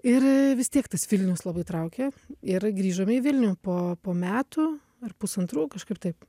ir vis tiek tas vilnius labai traukė ir grįžome į vilnių po po metų ar pusantrų kažkaip taip